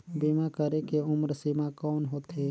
बीमा करे के उम्र सीमा कौन होथे?